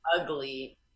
ugly